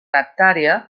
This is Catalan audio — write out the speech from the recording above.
hectàrea